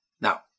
Now